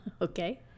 Okay